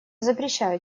запрещаю